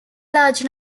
large